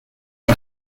for